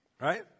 Right